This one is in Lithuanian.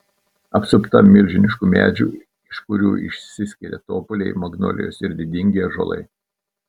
apsupta milžiniškų medžių iš kurių išsiskiria topoliai magnolijos ir didingi ąžuolai